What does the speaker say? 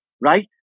Right